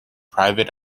private